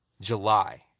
July